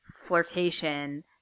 flirtation